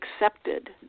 accepted